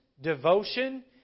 devotion